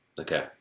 Okay